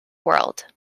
world